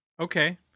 Okay